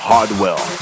Hardwell